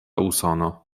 usono